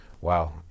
Wow